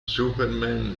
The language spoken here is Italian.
superman